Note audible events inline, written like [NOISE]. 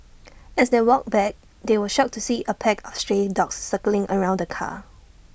[NOISE] as they walked back they were shocked to see A pack of stray dogs circling around the car